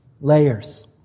layers